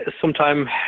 sometime